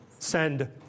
send